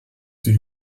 sie